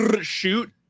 shoot